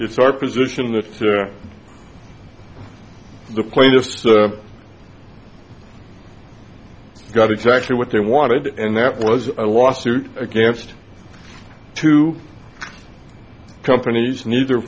it's our position that to the plaintiffs got exactly what they wanted and that was a lawsuit against two companies neither